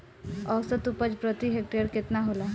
औसत उपज प्रति हेक्टेयर केतना होला?